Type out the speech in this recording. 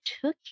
took